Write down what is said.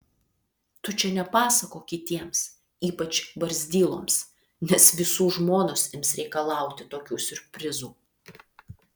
tu čia nepasakok kitiems ypač barzdyloms nes visų žmonos ims reikalauti tokių siurprizų